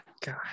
god